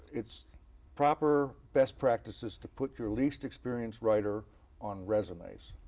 it's proper best practices to put your least experienced writer on resumes.